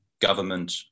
government